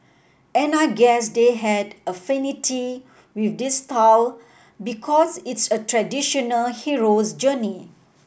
and I guess they had an affinity with this style because it's a traditional hero's journey